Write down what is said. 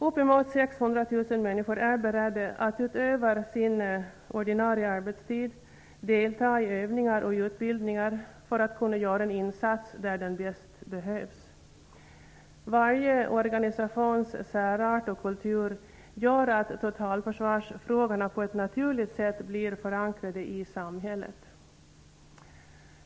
Uppemot 600 000 människor är beredda att utöver sin ordinarie arbetstid delta i övningar och utbildningar för att kunna göra en insats där den bäst behövs. Varje organisations särart och kultur gör att totalförsvarsfrågorna på ett naturligt sätt blir förankrade i samhället.